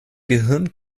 gehirn